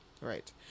Right